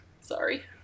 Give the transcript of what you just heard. sorry